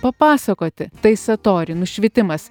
papasakoti tai satori nušvitimas